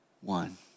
one